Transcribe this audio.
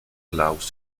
klaus